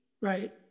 right